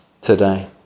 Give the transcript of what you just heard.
today